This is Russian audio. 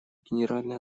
генеральная